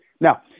Now